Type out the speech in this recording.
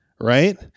right